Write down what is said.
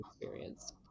experience